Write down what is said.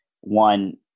one